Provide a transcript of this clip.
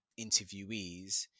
interviewees